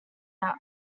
out